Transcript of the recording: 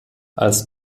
als